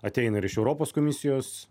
ateina ir iš europos komisijos